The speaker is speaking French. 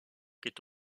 est